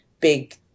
big